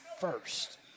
first